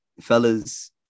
fellas